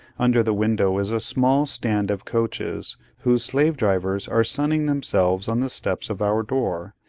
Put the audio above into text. under the window is a small stand of coaches, whose slave-drivers are sunning themselves on the steps of our door,